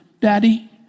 Daddy